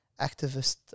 activist